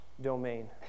domain